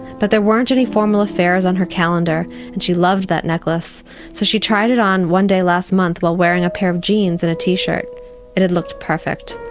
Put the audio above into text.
but there weren't any formal affairs on her calendar and she loved that necklace so she tried it on one day last month while wearing a pair of jeans and a t-shirt and it looked perfect.